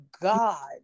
God